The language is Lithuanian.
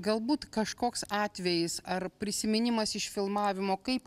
galbūt kažkoks atvejis ar prisiminimas iš filmavimo kaip